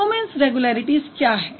performance regularity क्या है